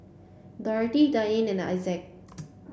Dorothy Dianne and Isaac